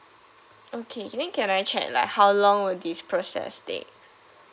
okay and then can I check like how long will this process take